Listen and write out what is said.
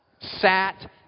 sat